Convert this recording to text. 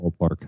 ballpark